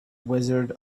wizard